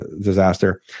disaster